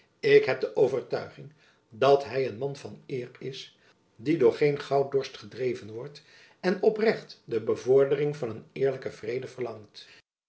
ik heb de overtuiging dat hy een man van eer is die door geen gouddorst gedreven wordt en oprecht de bevordering van een eerlijken vrede verlangt